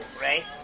right